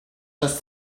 just